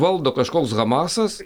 valdo kažkoks hamasas